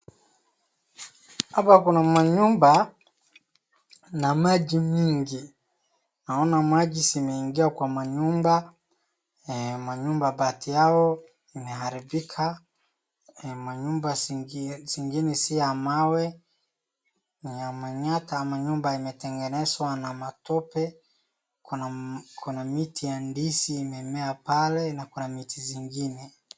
Hapa kuna manyumba, na maji mingi, naona maji zimeingia kwa manyumba, manyumba mabati yao, imeharibika, manyumba zingine si ya mawe, ni ya Manyatta, manyumba imetengenezwa na matope, kuna miti ya ndizi imemea pale na miti zingine.